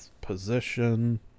Position